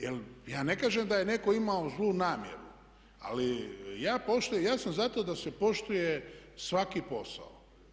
Ja ne kažem da je netko imao zlu namjeru ali ja poštujem, ja sam za to da se poštuje svaki posao.